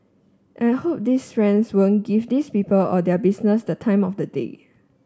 and I hope these friends won't give these people or their business the time of day